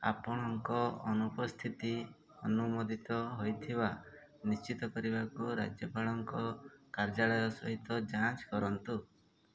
ଆପଣଙ୍କ ଅନୁପସ୍ଥିତି ଅନୁମୋଦିତ ହେଇଥିବା ନିଶ୍ଚିତ କରିବାକୁ ରାଜ୍ୟପାଳଙ୍କ କାର୍ଯ୍ୟାଳୟ ସହିତ ଯାଞ୍ଚ କରନ୍ତୁ